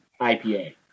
IPA